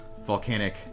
volcanic